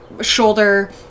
shoulder